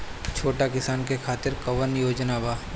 छोटा किसान के खातिर कवन योजना बा?